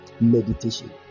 Meditation